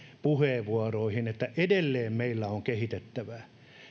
puheenvuoroihin että edelleen meillä on kehitettävää